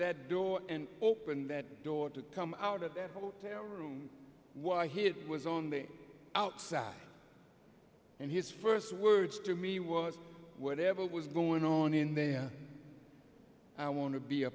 that door and opened that door to come out of that hotel room what i hear was on the outside and his first words to me was whatever was going on in there i want to be a